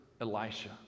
Elisha